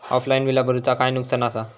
Offline बिला भरूचा काय नुकसान आसा?